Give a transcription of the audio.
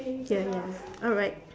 here here alright